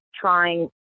trying